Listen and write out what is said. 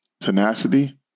tenacity